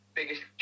biggest